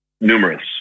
numerous